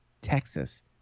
Texas